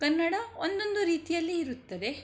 ಕನ್ನಡ ಒಂದೊಂದು ರೀತಿಯಲ್ಲಿ ಇರುತ್ತದೆ